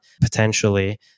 potentially